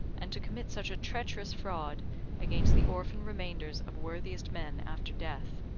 and to commit such a treacherous fraud against the orphan remainders of worthiest men after death,